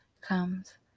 comes